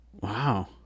Wow